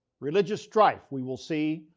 religious strife, we will see,